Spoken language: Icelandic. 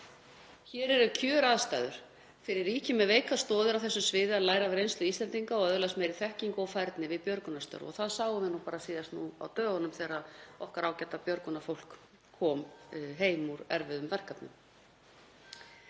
Hér eru kjöraðstæður fyrir ríki með veikar stoðir á þessu sviði að læra af reynslu Íslendinga og öðlast meiri þekkingu og færni við björgunarstörf. Það sáum við bara síðast nú á dögunum þegar okkar ágæta björgunarfólk kom heim úr erfiðum verkefnum